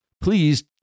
Please